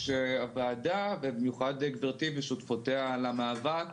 המשרד לשוויון חברתי צריך לפתח ולהפעיל